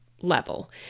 level